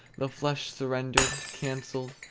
the flesh surrendered, cancelled,